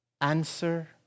answer